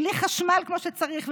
בלי חשמל כמו שצריך,